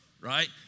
right